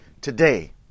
today